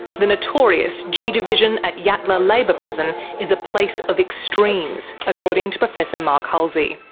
the notorious g division at yatala labour prison is a place of extremes, according to professor mark halsey.